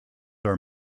are